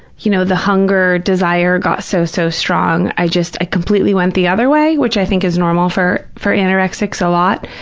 you know, the hunger, desire, got so, so strong, i just, i completely went the other way, which i think is normal for for anorexics a lot,